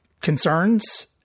concerns